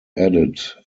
added